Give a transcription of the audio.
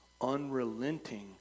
unrelenting